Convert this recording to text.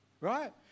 right